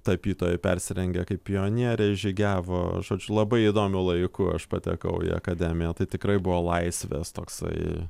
tapytojai persirengę kaip pionieriai žygiavo žodžiu labai įdomiu laiku aš patekau į akademiją tai tikrai buvo laisvės toksai